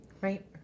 right